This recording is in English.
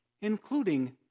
including